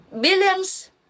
billions